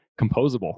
composable